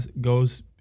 goes